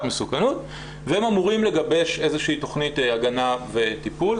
מסוכנות והם אמורים לגבש איזו שהיא תכנית הגנה וטיפול.